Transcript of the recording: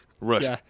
Rust